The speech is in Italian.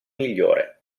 migliore